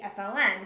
FLN